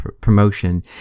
promotion